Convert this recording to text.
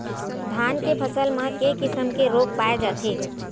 धान के फसल म के किसम के रोग पाय जाथे?